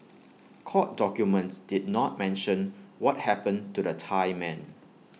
court documents did not mention what happened to the Thai men